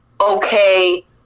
okay